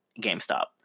GameStop